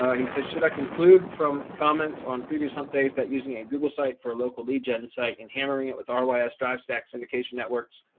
he said, should i conclude from comments on previous hump days that using a google site for local legion site and hammering it with our ys drive stack syndication networks,